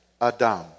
Adam